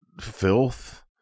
filth